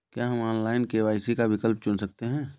क्या हम online KYC का विकल्प चुन सकते हैं?